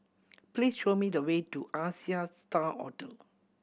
please show me the way to Asia Star Hotel